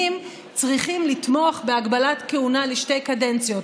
שצריכים לתמוך בהגבלת כהונה לשתי קדנציות,